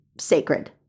sacred